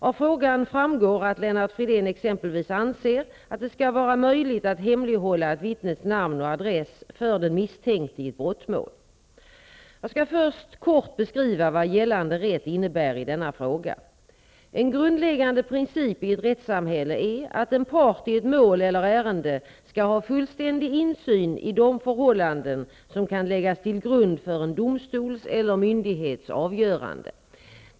Av frågan framgår att Lennart Fridén exempelvis anser att det skall vara möjligt att hemlighålla ett vittnes namn och adress för den misstänkte i ett brottmål. Jag skall först kort beskriva vad gällande rätt innebär i denna fråga. En grundläggande princip i ett rättssamhälle är att en part i ett mål eller ärende skall ha fullständig insyn i de förhållanden som kan läggas till grund för en domstols eller myndighets avgörande.